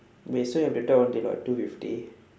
wait so we have to talk until about two fifty